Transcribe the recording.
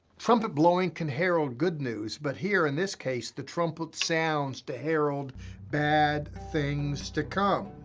trumpet blowing can herald good news, but here in this case, the trumpet sounds to herald bad things to come.